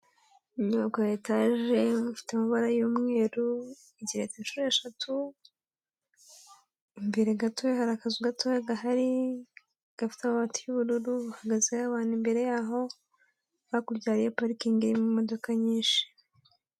Inyubako ya etage ifite amabara y'umweru igeretse inshuro eshatu, imbere gatoya hari akazu gatoya gahari gafite amabati y'ubururu, hahagaze abantu imbere yaho, hakurya harimo parikingi irimo imodoka nyinshi.